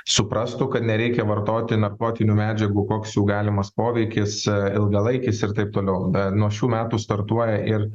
suprastų kad nereikia vartoti narkotinių medžiagų koks jų galimas poveikis ilgalaikis ir taip toliau nuo šių metų startuoja ir